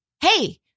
hey